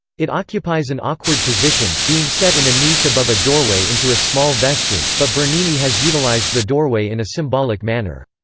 it occupies an awkward position, being set in a niche above a doorway into a small vestry, but bernini has utilized the doorway in a symbolic manner.